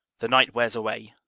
the night wears away.